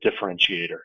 differentiator